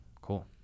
Cool